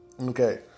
Okay